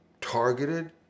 targeted